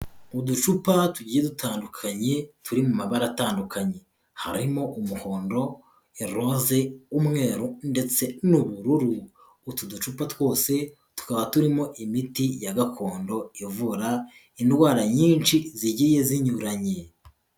Uducupa tugiye dutandukanye, turi mu mabara atandukanye. Harimo: umuhondo, iroze, umweru ndetse n'ubururu. Utu ducupa twose tukaba turimo imiti ya gakondo ivura indwara nyinshi zigiye zinyuranye.